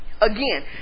again